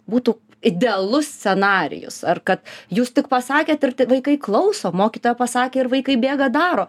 būtų idealus scenarijus ar kad jūs tik pasakėt ir t vaikai klauso mokytoja pasakė ir vaikai bėga daro